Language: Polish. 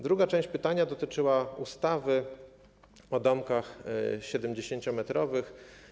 Druga część pytania dotyczyła ustawy o domkach 70-metrowych.